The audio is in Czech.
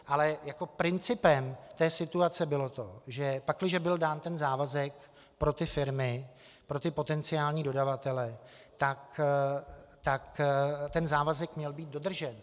Ale principem té situace bylo to, že pakliže byl dán závazek pro ty firmy, pro potenciální dodavatele, tak ten závazek měl být dodržen.